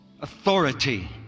authority